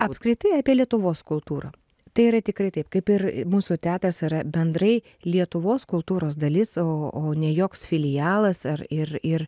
apskritai apie lietuvos kultūrą tai yra tikrai taip kaip ir mūsų teatras yra bendrai lietuvos kultūros dalis o o ne joks filialas ar ir ir